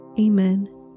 Amen